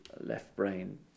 left-brain